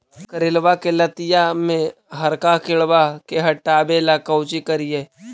करेलबा के लतिया में हरका किड़बा के हटाबेला कोची करिए?